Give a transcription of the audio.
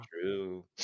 true